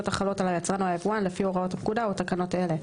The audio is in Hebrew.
החלות על היצרן או היבואן לפי הוראות הפקודה או תקנות אלה.